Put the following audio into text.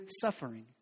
suffering